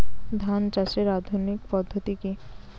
ধান চাষের আধুনিক পদ্ধতি কি?